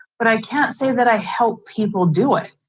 but i can't say that i help people do it.